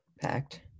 packed